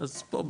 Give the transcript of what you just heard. אז פה,